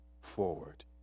forward